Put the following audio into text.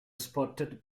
spotted